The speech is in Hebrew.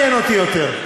לא מעניין אותי יותר,